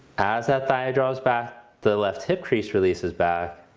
as that thigh draws back, the left hip crease releases back.